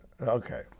Okay